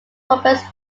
roberts